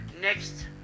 next